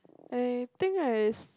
I think I